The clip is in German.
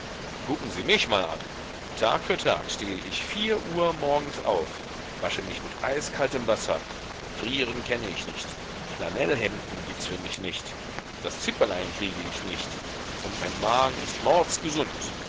gucken sie mich mal an tag für tag stehe ich vier uhr morgens auf wasche mich mit eiskaltem wasser frieren kenne ich nicht flanellhemden gibts für mich nicht das zipperlein kriege ich nicht und mein magen ist